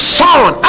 son